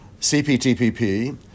CPTPP